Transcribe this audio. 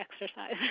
exercise